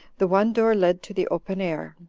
the one door led to the open air,